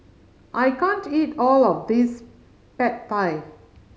I can't eat all of this Pad Thai